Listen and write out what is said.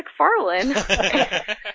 McFarlane